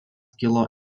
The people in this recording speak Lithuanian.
kilo